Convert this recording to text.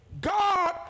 God